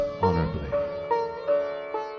honorably